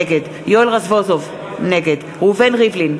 נגד יואל רזבוזוב, נגד ראובן ריבלין,